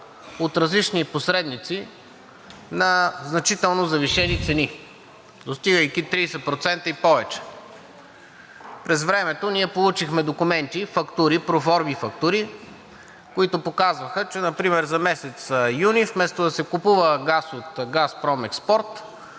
от различни посредници на значително завишени цени, достигайки 30% и повече. През времето ние получихме документи, фактури, проформа фактури, които показваха, че например за месец юни, вместо да се купува газ от „Газпром